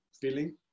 feeling